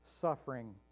suffering